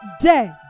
day